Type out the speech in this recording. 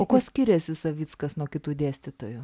o kuo skiriasi savickas nuo kitų dėstytojų